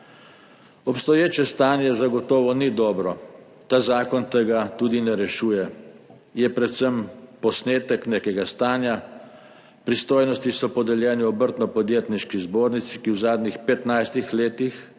Obstoječe stanje zagotovo ni dobro, tudi ta zakon tega ne rešuje, je predvsem posnetek nekega stanja. Pristojnosti so podeljene Obrtno-podjetniški zbornici, ki v zadnjih 15 letih